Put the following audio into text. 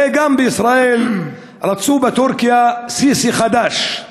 הרי גם בישראל רצו בטורקיה א-סיסי חדש.